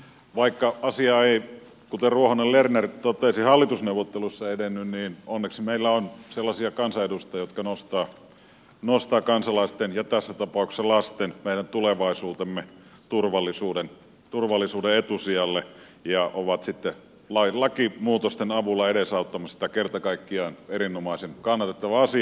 vaikka asia ei kuten ruohonen lerner totesi hallitusneuvotteluissa edennyt niin onneksi meillä on sellaisia kansanedustajia jotka nostavat kansalaisten ja tässä tapauksessa lasten meidän tulevaisuutemme turvallisuuden etusijalle ja ovat sitten lakimuutosten avulla edesauttamassa sitä se on kerta kaikkiaan erinomaisen kannatettava asia